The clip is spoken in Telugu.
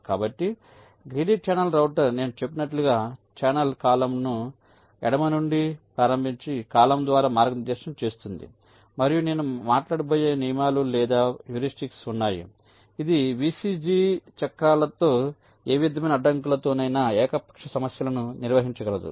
కాబట్టి గ్రీడీ ఛానెల్ రౌటర్ నేను చెప్పినట్లుగా ఛానల్ కాలమ్ను ఎడమ నుండి ప్రారంభించి కాలమ్ ద్వారా మార్గనిర్దేశం చేస్తుంది మరియు నేను మాట్లాడబోయే నియమాలు లేదా హ్యూరిస్టిక్స్ ఉన్నాయి ఇది VCG చక్రాలతో ఏ విధమైన అడ్డంకులతోనైనా ఏకపక్ష సమస్యలను నిర్వహించగలదు